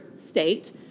state